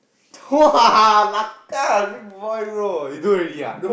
!wah! Lakar big boy bro you do already ah